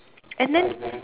and then